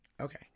okay